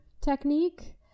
technique